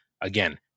again